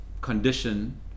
condition